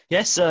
Yes